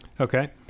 Okay